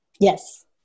Yes